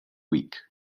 week